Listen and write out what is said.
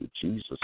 Jesus